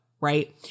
right